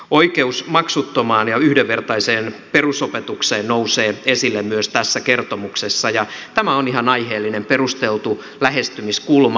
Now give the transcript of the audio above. oikeus maksuttomaan ja yhdenvertaiseen perusopetukseen nousee esille myös tässä kertomuksessa ja tämä on ihan aiheellinen perusteltu lähestymiskulma